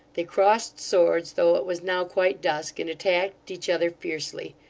they crossed swords, though it was now quite dusk, and attacked each other fiercely.